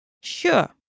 Sure